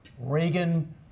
Reagan